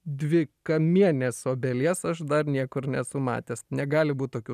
dvikamienės obelies aš dar niekur nesu matęs negali būt tokių